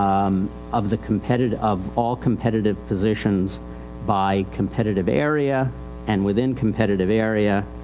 um of the competitive, of all competitive positions by competitive area and within competitive area,